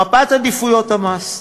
מפת עדיפויות המס.